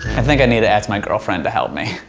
i think i need to ask my girlfriend to help me.